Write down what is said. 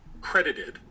credited